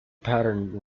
pattern